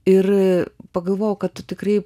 ir pagalvojau kad tu tikrai